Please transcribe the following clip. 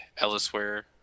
Ellisware